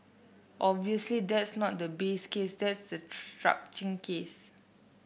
obviously that's not the base case that's the case